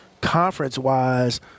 conference-wise